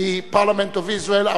the parliament of Israel,